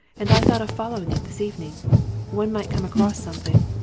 and i thought of following it this evening one might come across something,